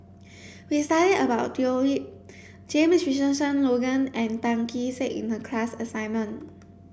we studied about Leo Yip James Richardson Logan and Tan Kee Sek in the class assignment